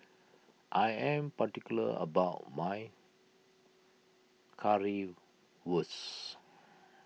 I am particular about my Currywurst